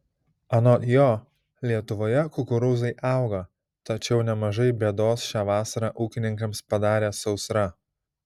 anot jo lietuvoje kukurūzai auga tačiau nemažai bėdos šią vasarą ūkininkams padarė sausra